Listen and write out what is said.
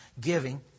giving